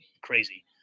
crazy